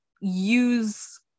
use